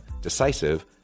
decisive